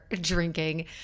drinking